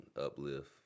uplift